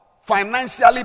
Financially